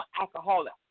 alcoholic